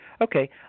Okay